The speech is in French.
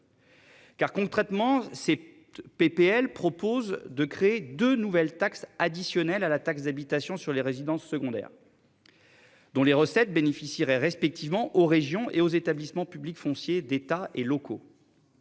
Car, concrètement c'est PPL propose de créer de nouvelles taxe additionnelle à la taxe d'habitation sur les résidences secondaires. Dont les recettes bénéficieraient respectivement aux régions et aux établissements publics fonciers d'État et locaux.